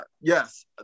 yes